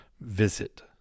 visit